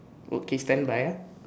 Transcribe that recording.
okay standby ah